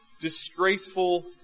disgraceful